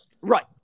Right